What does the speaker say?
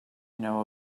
know